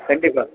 கண்டிப்பாக